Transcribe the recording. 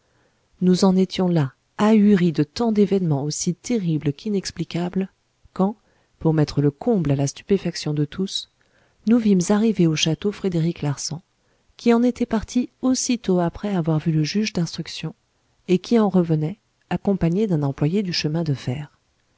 nous en étions là ahuris de tant d'événements aussi terribles qu'inexplicables quand pour mettre le comble à la stupéfaction de tous nous vîmes arriver au château frédéric larsan qui en était parti aussitôt après avoir vu le juge d'instruction et qui en revenait accompagné d'un employé du chemin de fer